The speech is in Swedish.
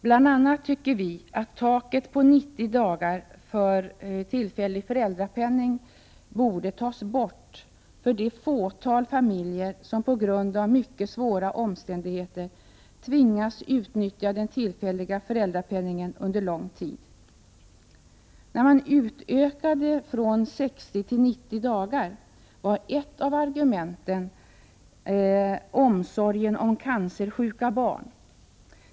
Vi tycker bl.a. att taket på 90 dagar för tillfällig föräldrapenning borde tas bort för det fåtal familjer som på grund av mycket svåra omständigheter tvingas utnyttja den tillfälliga föräldrapenningen under lång tid. När man utökade från 60 till 90 dagar var ett av argumenten omsorgen om cancersjuka barn.